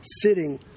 sitting